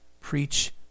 preach